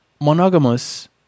monogamous